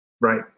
Right